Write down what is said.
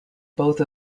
both